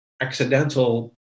accidental